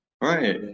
Right